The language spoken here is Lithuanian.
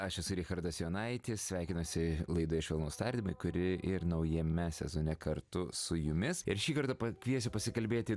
aš esu richardas jonaitis sveikinuosi laidoje švelnūs tardymai kuri ir naujame sezone kartu su jumis ir šį kartą pakviesiu pasikalbėti